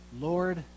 Lord